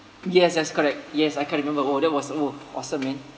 yes yes correct yes I can't remember oh that was !whoa! awesome man